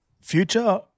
future